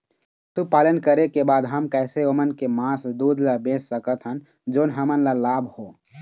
पशुपालन करें के बाद हम कैसे ओमन के मास, दूध ला बेच सकत हन जोन हमन ला लाभ हो?